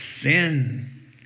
sin